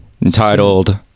entitled